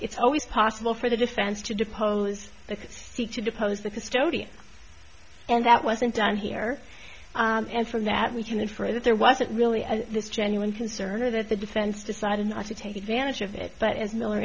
it's always possible for the defense to depose the seek to depose the custodian and that wasn't done here and from that we can infer that there wasn't really a genuine concern or that the defense decided not to take advantage of it but as miller